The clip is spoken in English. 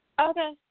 Okay